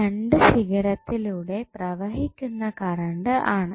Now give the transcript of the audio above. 2 ഈ ശിഖരത്തിലൂടെ പ്രവഹിക്കുന്ന കറണ്ട് ആണ്